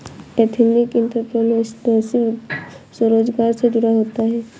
ethnic entrepreneurship स्वरोजगार से जुड़ा होता है